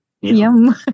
Yum